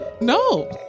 No